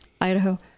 Idaho